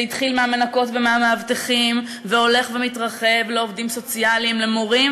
זה התחיל במנקות ובמאבטחים והולך ומתרחב לעובדים סוציאליים ולמורים,